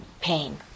pain